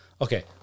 okay